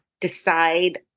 decide